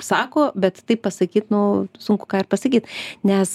sako bet taip pasakyt nu sunku pasakyt nes